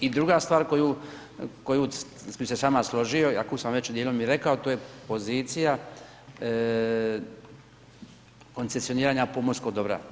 I druga stvar koju, koju bi se s vama složio, a koju sam već dijelom i rekao, to je pozicija koncesioniranja pomorskog dobra.